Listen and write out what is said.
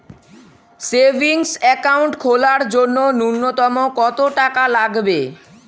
Savings account খোলার জন্য নূন্যতম কত টাকা লাগবে?